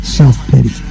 self-pity